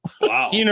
Wow